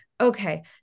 Okay